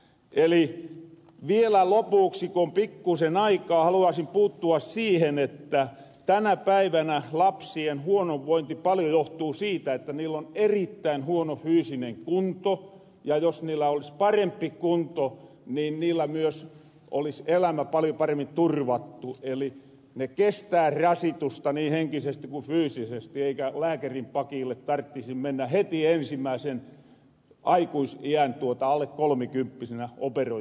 eli vielä lopuksi ku on pikkusen aikaa haluaasin puuttua siihen että tänä päivänä lapsien huono vointi paljo johtuu siitä että niil on erittäin huono fyysinen kunto ja jos niillä olis parempi kunto niin niillä myös olis elämä paljo paremmin turvattu eli ne kestääs rasitusta niin henkisesti ku fyysisesti eikä lääkärin pakiille tarttisi mennä heti ensimmääsen aikuisiässä alle kolmikymppisenä operoitavaks